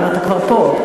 אם אתה כבר פה.